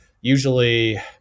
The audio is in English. usually